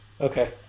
Okay